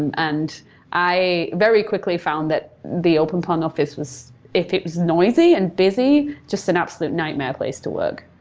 and and i very quickly found that the open planned office was if it was noisy and busy, just an absolutely nightmare place to work.